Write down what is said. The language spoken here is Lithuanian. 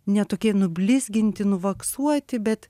ne tokie nublizginti nuvaksuoti bet